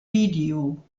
video